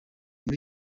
muri